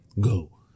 Go